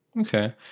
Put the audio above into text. Okay